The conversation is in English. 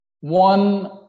one